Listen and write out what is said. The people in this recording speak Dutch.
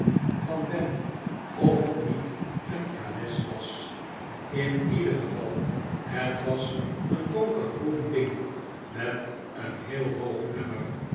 van ben of het niet een kales was in ieder geval het was een donker groen ding met een heel hobg nummer